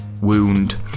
wound